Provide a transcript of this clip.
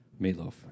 meatloaf